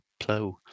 Plo